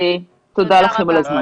תודה לכם על הזמן.